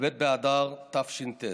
כ"ב באדר תש"ט.